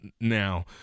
now